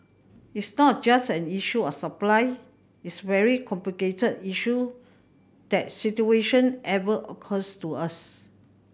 it's not just an issue of supply it's very complicated issue that situation ever occurs to us